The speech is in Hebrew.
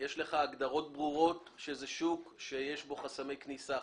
יש הגדרות ברורות שזה שוק שיש בו חסמי כניסה,